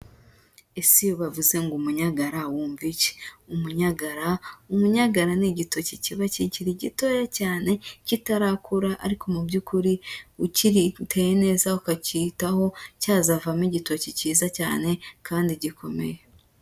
Ese ubavuze ngo umunyagara wumva iki? Umunyagara, umunyagara ni igitoki kiba kikiri gitoya cyane, kitarakura ariko mu by'ukuri ukiteye neza, ukacyitaho, cyazavamo igitoki cyiza cyane, kandi gikomeye.